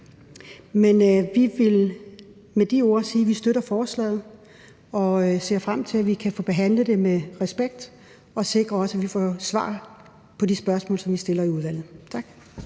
vi vil med de ord sige, at vi støtter forslaget, og vi ser frem til, at vi kan få behandlet det med respekt og også få sikret, at vi får svar på de spørgsmål, som vi stiller i udvalget.